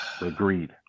agreed